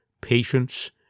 patience